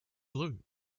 blue